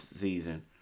season